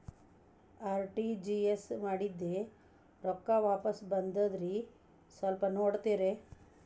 RTGS ಮಾಡಿದ್ದೆ ರೊಕ್ಕ ವಾಪಸ್ ಬಂದದ್ರಿ ಸ್ವಲ್ಪ ನೋಡ್ತೇರ?